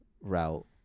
route